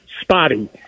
spotty